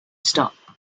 stop